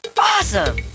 Awesome